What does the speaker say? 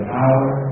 power